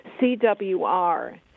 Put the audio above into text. CWR